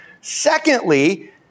Secondly